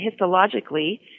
Histologically